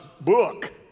book